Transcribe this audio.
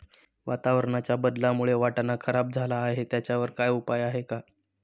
वातावरणाच्या बदलामुळे वाटाणा खराब झाला आहे त्याच्यावर काय उपाय आहे का?